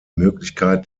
möglichkeit